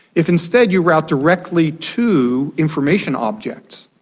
if instead you route directly to information objects,